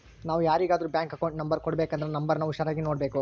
ನಾವು ಯಾರಿಗಾದ್ರೂ bank account number ಕೊಡಬೇಕಂದ್ರ ನೋಂಬರ್ನ ಹುಷಾರಾಗಿ ನೋಡ್ಬೇಕು